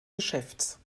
geschäfts